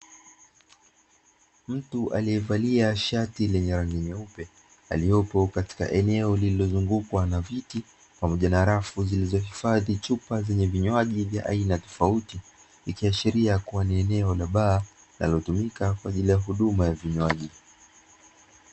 Mtu aliyevalia shati lenye rangi nyeupe, aliyepo katika eneo lililozungukwa na viti, pamoja na rafu zilizohifadhi chupa zenye vinywaji vya aina tofauti. Ikiashiria kuwa ni eneo la baa, linalotumika kwa ajili ya huduma ya vinywaji.